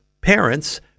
parents